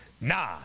Nah